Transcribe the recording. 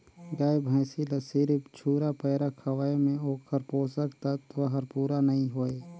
गाय भइसी ल सिरिफ झुरा पैरा खवाये में ओखर पोषक तत्व हर पूरा नई होय